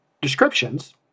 Descriptions